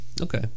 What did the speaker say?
Okay